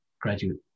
graduate